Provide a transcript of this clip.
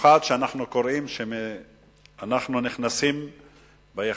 במיוחד כשאנחנו קוראים שביחסים,